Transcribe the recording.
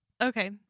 okay